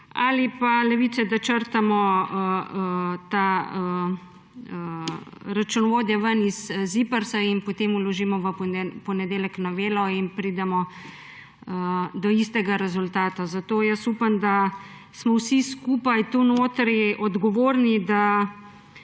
ali pa Levice, da črtamo računovodje iz ZIPRS-a in potem vložimo v ponedeljek novelo in pridemo do istega rezultata. Zato jaz upam, da smo vsi skupaj tu notri odgovorni, da